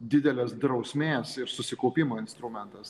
didelės drausmės ir susikaupimo instrumentas